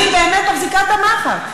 אני באמת מחזיקה את המחט,